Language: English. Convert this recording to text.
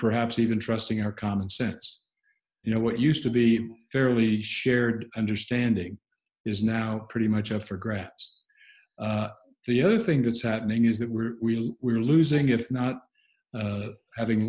perhaps even trusting our common sense you know what used to be fairly shared understanding is now pretty much up for grabs the other thing that's happening is that we're real we're losing if not having